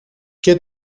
και